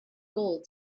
gold